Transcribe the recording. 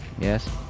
Yes